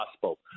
possible